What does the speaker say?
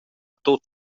tut